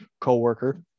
co-worker